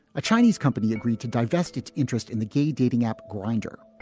a chinese company agreed to divest its interest in the gay dating app grinder.